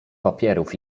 papierów